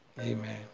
Amen